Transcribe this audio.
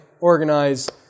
organize